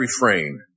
refrain